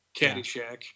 Caddyshack